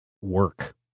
work